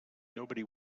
nobody